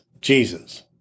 Jesus